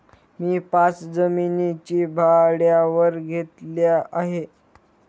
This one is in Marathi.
मी पाच जमिनी भाड्यावर घेतल्या आहे